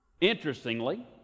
interestingly